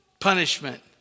punishment